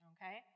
Okay